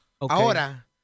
Ahora